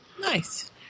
Nice